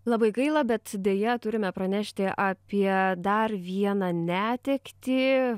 labai gaila bet deja turime pranešti apie dar vieną netektį